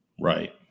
Right